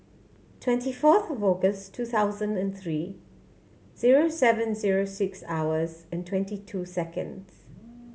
twenty fourth August two thousand and three zero seven zero six hours and twenty two seconds